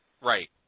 Right